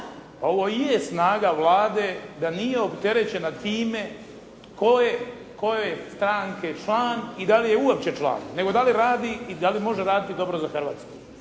ovo i je snaga Vlade da nije opterećena time tko je koje stranke član i da li je uopće član, nego da li radi i da li može raditi dobro za Hrvatsku.